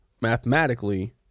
mathematically